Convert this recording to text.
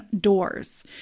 doors